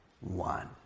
one